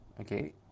Okay